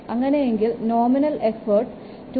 അങ്ങനെയെങ്കിൽ nominal effort 2